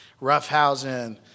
Roughhousing